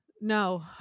No